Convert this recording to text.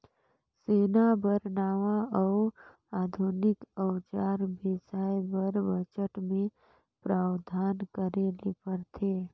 सेना बर नावां अउ आधुनिक अउजार बेसाए बर बजट मे प्रावधान करे ले परथे